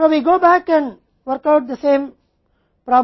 आर्थिक बैच मात्रा